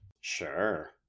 Sure